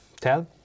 tell